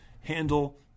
handle